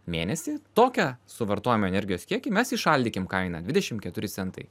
mėnesį tokią suvartojamo energijos kiekį mes įšaldykim kainą dvidešim keturi centai